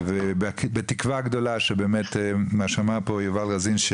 ובתקווה גדולה שבאמת מה שאמר פה יובל רזין,